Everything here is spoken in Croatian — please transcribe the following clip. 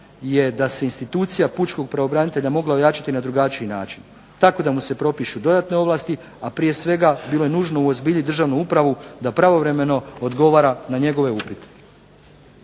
je da se institucija pučkog pravobranitelja mogla ojačati na drugačiji način, tako da mu se propišu dodatne ovlasti, a prije svega bilo je nužno uozbiljiti državnu upravu da pravovremeno odgovara na njegove upite.